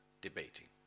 debating